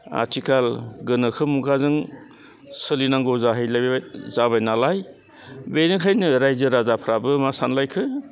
आथिखाल गोनोखो मुगाजों सोलिनांगौ जाहैलायबाय जाबाय नालाय बेनिखायनो रायजो राजाफ्राबो मा सानलायखो